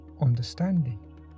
understanding